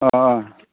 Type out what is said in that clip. अ